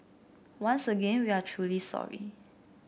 once again we are truly sorry